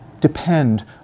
depend